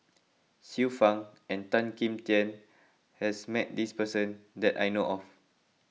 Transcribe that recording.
Xiu Fang and Tan Kim Tian has met this person that I know of